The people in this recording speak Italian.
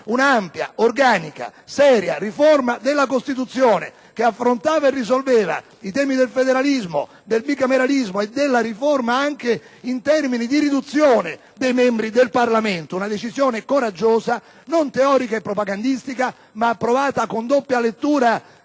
un'ampia, organica, seria riforma della Costituzione che affrontava e risolveva i temi del federalismo, del bicameralismo e della riduzione del numero dei membri del Parlamento: una decisione coraggiosa, non teorica e propagandistica, ma approvata con una doppia lettura